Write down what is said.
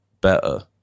better